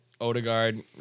Odegaard